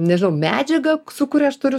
nežinau medžiagą su kuria aš turiu